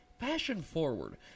fashion-forward